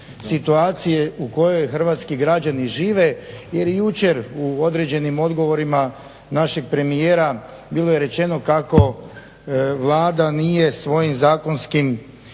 situacije u kojoj hrvatski građani žive jer jučer u određenim odgovorima našeg premijera bilo je rečeno kako Vlada nije svojim zakonskim